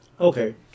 Okay